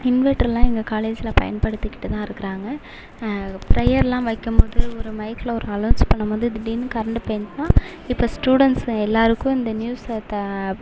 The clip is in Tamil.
இன்வென்ட்டர்லாம் எங்கள் காலேஜில் பயன்படுத்திக்கிட்டு தான் இருக்கிறாங்க ப்ரேயர்லாம் வைக்கும் போது ஒரு மைக்கில் ஒரு அனோன்ஸ் பண்ணும் போது திடீர்னு கரெண்ட்டு போயிட்ன்னா இப்போ ஸ்டுடென்ட்ஸு எல்லாருக்கும் இந்த நியூஸை த